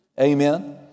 Amen